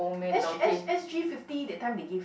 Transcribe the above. S S_G S_G fifty that time they give